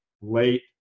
late